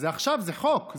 אז עכשיו זה חוק.